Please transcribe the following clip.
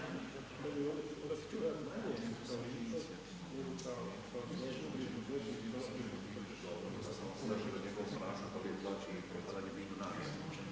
Hvala